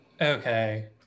Okay